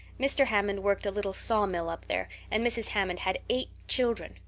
mr. hammond worked a little sawmill up there, and mrs. hammond had eight children.